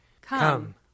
Come